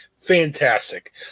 Fantastic